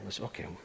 okay